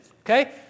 okay